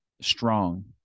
strong